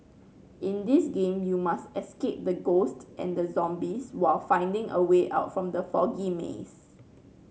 in this game you must escape the ghost and zombies while finding a way out from the foggy maze